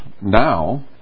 now